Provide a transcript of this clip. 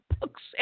books